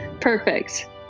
Perfect